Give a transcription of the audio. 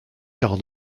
quart